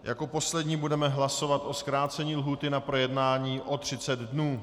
Jako poslední budeme hlasovat o zkrácení lhůty na projednání o 30 dnů.